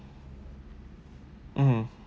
mmhmm